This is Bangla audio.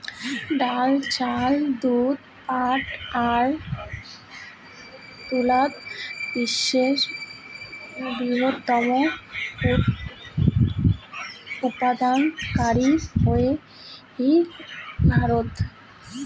ডাইল, চাউল, দুধ, পাটা আর তুলাত বিশ্বের বৃহত্তম উৎপাদনকারী হইল ভারত